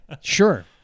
sure